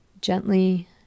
gently